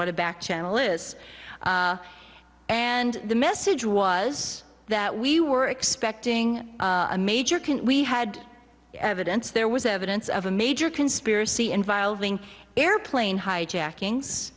what a back channel is and the message was that we were expecting a major can we had evidence there was evidence of a major conspiracy involving airplane hijackings